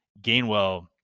Gainwell